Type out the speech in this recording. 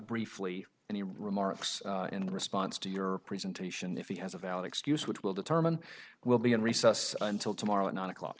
briefly and he remarks in response to your presentation if he has a valid excuse which will determine we'll be in recess until tomorrow at nine o'clock